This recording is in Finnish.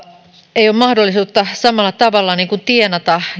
ei ole mahdollisuutta samalla tavalla tienata